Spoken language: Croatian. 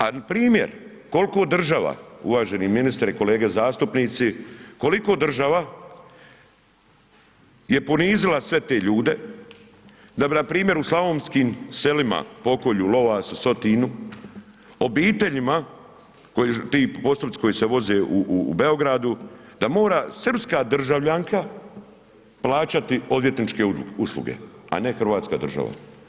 A primjer koliko država, uvaženi ministre, kolege zastupnici, koliko država je ponizila sve te ljude, da bi npr. u slavonskim selima, pokolju, Lovasu, Sotinu, obiteljima, koji ti … koji se voze u Beogradu, da mora srpska državljanka plaćati odvjetničke usluge, a ne Hrvatska država.